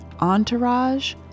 entourage